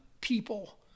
people